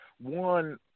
One